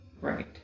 Right